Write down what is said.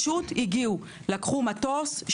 לקחו מטוס,